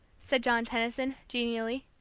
said john tenison, genially,